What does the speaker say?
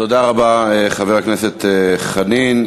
תודה רבה, חבר הכנסת חנין.